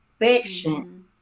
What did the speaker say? affection